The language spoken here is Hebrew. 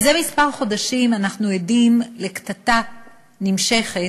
זה חודשים מספר אנחנו עדים לקטטה נמשכת